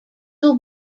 will